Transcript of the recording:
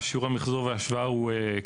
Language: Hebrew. שיעור המחזור הוא כ-60%,